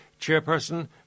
Chairperson